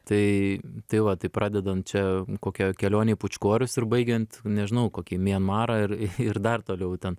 tai tai va tai pradedant čia kokia kelione į pučkorius ir baigiant nežinau kokį mianmarą ar ir dar toliau ten